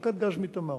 לאספקת גז מ"תמר",